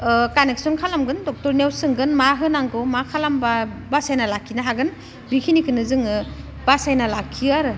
connection खालामगोन डक्ट'रनियाव सोंगोन मा होनांगौ मा खालामोबा बासायना लाखिनो हागोन बेखिनिखौनो जोङो बासायना लाखियो आरो